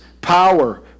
power